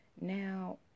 now